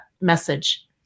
message